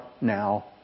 now